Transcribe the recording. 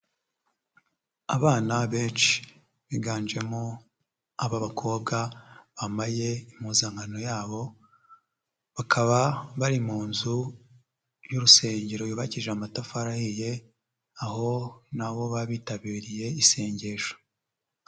Abana benshi biganjemo ab'abakobwa, bambaye impuzankano yabo bakaba bari mu nzu y'urusengero yubakishije amatafari ahiye, aho na bo baba bitabiriye isengesho.